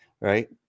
Right